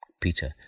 peter